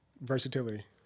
Versatility